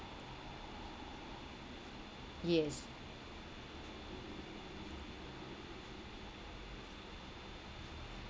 yes